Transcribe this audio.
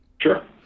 Sure